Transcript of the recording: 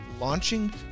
launching